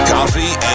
Coffee